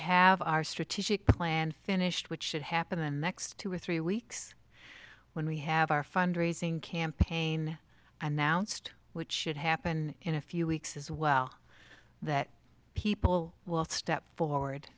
have our strategic plan finished which should happen the next two or three weeks when we have our fundraising campaign announced which should happen in a few weeks as well that people will step forward